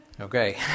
okay